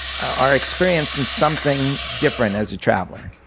are experiencing something different as a traveler.